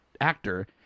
actor